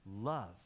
Love